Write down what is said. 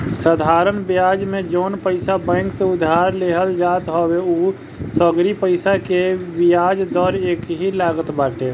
साधरण बियाज में जवन पईसा बैंक से उधार लेहल जात हवे उ सगरी पईसा के बियाज दर एकही लागत बाटे